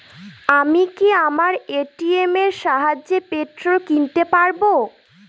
আমি কি আমার এ.টি.এম এর সাহায্যে পেট্রোল কিনতে পারব?